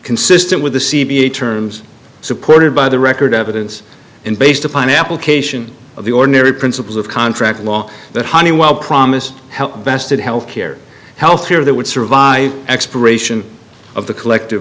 consistent with the c p a terms supported by the record evidence and based upon application of the ordinary principles of contract law that honeywell promised help best of health care health care that would survive expiration of the collective